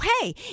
hey